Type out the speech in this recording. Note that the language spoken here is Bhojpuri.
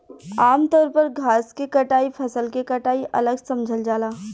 आमतौर पर घास के कटाई फसल के कटाई अलग समझल जाला